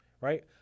right